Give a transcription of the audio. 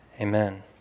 amen